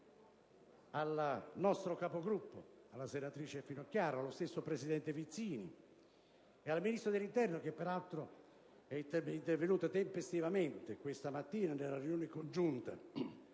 atto alla nostra Capogruppo, la senatrice Finocchiaro, al presidente Vizzini e al Ministro dell'interno, che peraltro è intervenuto tempestivamente questa mattina nella seduta